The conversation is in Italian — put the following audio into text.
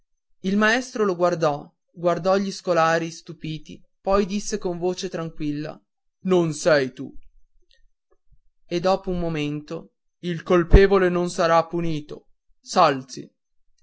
il maestro lo guardò guardò gli scolari stupiti poi disse con voce tranquilla non sei tu e dopo un momento il colpevole non sarà punito s'alzi